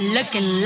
Looking